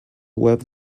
web